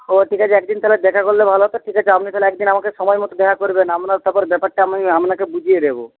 ও ঠিক আছে একদিন তাহলে দেখা করলে ভালো হতো ঠিক আছে আপনি তাহলে একদিন আমাকে সময়মতো দেখা করবেন আপনার তারপরে ব্যাপারটা আমি আপনাকে বুঝিয়ে দেবো